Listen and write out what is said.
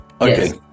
Okay